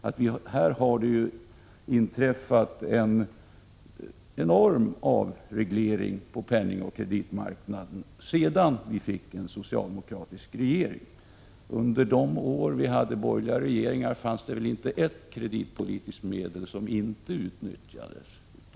Det har ju inträffat en enorm avreglering av penningoch kreditmarknaden sedan vi fick en socialdemokratisk regering. Under de år vi hade borgerliga regeringar fanns det väl inte ett enda kreditpolitiskt medel som inte utnyttjades.